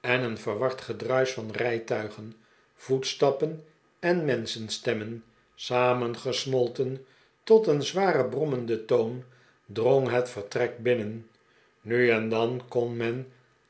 en een verward gedruisch van rijtuigen voetstappen en menschenstemmen samengesmolten tot een zwaren brommenden toon drong het vertrek binnen nu en dan kon men